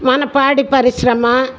మన పాడి పరిశ్రమ